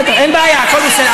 בסדר, אין בעיה, הכול בסדר.